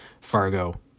Fargo